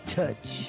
touch